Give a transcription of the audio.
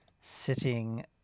sitting